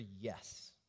yes